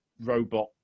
robot